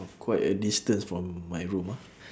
quite a distance from my room ah